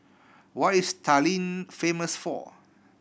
what is Tallinn famous for